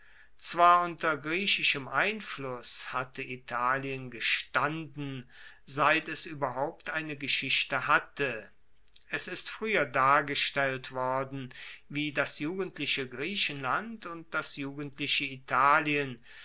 zwar unter griechischem einfluss hatte italien gestanden seit es ueberhaupt eine geschichte hatte es ist frueher dargestellt worden wie das jugendliche griechenland und das jugendliche italien